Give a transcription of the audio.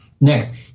Next